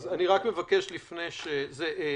פרופ'